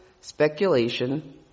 speculation